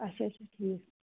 اَچھا اَچھا ٹھیٖک